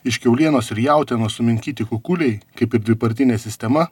iš kiaulienos ir jautienos suminkyti kukuliai kaip ir dvipartinė sistema